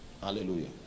hallelujah